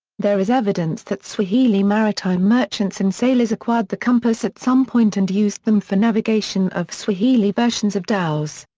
there is evidence that swahili maritime merchants and sailors acquired the compass at some point and used them for navigation of swahili versions of dhows.